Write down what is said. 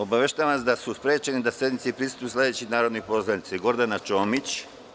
Obaveštavam vas da su sprečeni da sednici prisustvuju sledeći narodni poslanici Gordana Čomić.